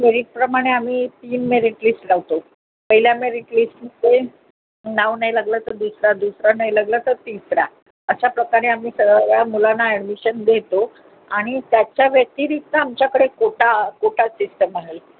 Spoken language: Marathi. मेरीटप्रमाणे आम्ही तीन मेरिट लिस्ट लावतो पहिल्या मेरिट लिस्टमध्ये नाव नाही लागलं तर दुसरा दुसरा नाही लागलं तर तिसरा अशा प्रकारे आम्ही सर्व्या मुलांना ॲडमिशन देतो आणि त्याच्या व्यतिरिक्त आमच्याकडे कोटा कोटा सिस्टम आहे